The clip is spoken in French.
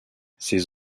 ses